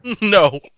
No